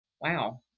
wow